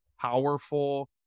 powerful